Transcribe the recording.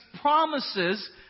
promises